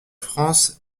france